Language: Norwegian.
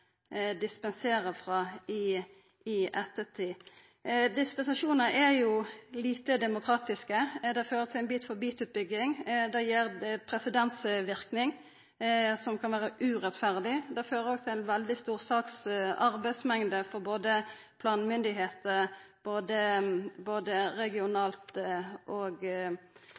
frå i ettertid. Dispensasjonar er jo lite demokratiske. Det fører til ei bit-for-bit-utbygging. Det gir presedensverknad som kan vera urettferdig. Det fører òg til ei veldig stor arbeidsmengd for planmyndigheiter, både regionalt og